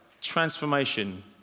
transformation